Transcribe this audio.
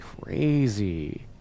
Crazy